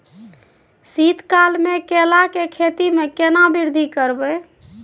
शीत काल मे केला के खेती में केना वृद्धि करबै?